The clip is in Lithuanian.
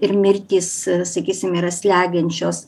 ir mirtys sakysim yra slegiančios